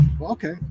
okay